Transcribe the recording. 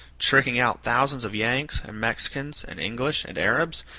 tricking out thousands of yanks and mexicans and english and arabs,